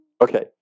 okay